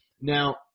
Now